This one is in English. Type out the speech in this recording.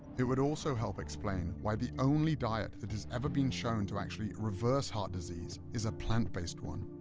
it would also help explain why the only diet that has ever been shown to actually reverse heart disease is a plant-based one.